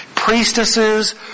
priestesses